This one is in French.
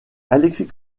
alexis